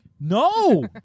No